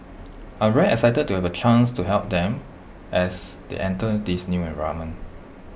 I'm very excited to have A chance to help them as they enter this new environment